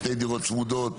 שתי דירות צמודות,